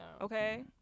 Okay